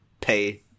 pay